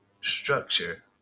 structure